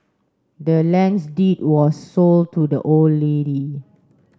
the land's deed was sold to the old lady